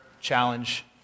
challenge